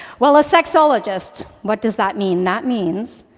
well, a sexologist what does that mean? that means,